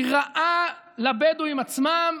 היא רעה לבדואים עצמם,